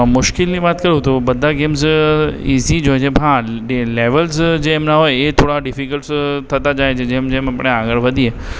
મુશ્કેલીની વાત કરું તો બધાં ગેમ્સ ઇઝી જ હોય છે હા ડે લૅવલ્સ જે એમનાં હોય એ થોડા ડિફિકલ્ટ થતાં જાય છે જેમ જેમ આપણે આગળ વધીએ